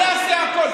אני אעשה הכול,